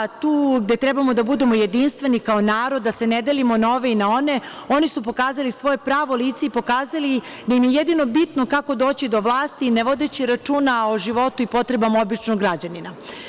Tu gde treba da budemo jedinstveni kao narod, da se ne delimo na ove i na one, oni su pokazali svoje pravo lice i pokazali da im je jedino bitno kako doći do vlasti ne vodeći računa o životu i potrebama običnog građanina.